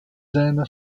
seiner